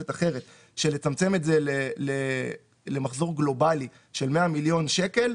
אחרת שלצמצם את זה למחזור גלובאלי של 100 מיליון שקלים.